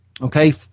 okay